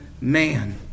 man